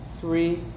three